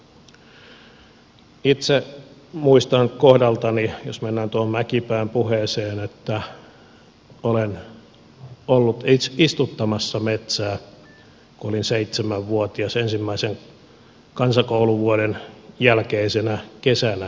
itse muistan kohdaltani jos mennään mäkipään puheeseen että olen ollut istuttamassa metsää kun olin seitsemänvuotias ensimmäisen kansakouluvuoden jälkeisenä kesänä